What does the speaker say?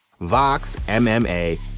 VOXMMA